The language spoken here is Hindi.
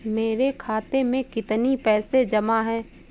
मेरे खाता में कितनी पैसे जमा हैं?